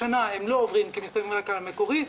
השנה הם לא עוברים כי מסתמכים רק על התקציב המקורי.